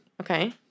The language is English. Okay